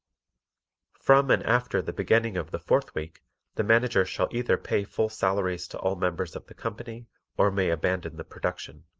from and after the beginning of the fourth week the manager shall either pay full salaries to all members of the company or may abandon the production.